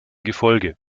gefolge